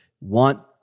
want